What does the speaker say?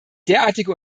derartige